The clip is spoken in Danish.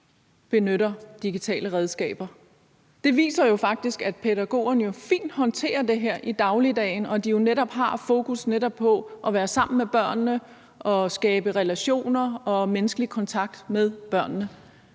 benytter digitale redskaber, og det viser faktisk, at pædagogerne fint håndterer det her i dagligdagen, og at de jo netop har fokus på at være sammen med børnene og skabe relationer og menneskelig kontakt med børnene.